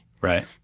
right